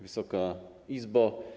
Wysoka Izbo!